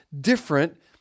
different